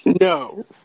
No